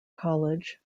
college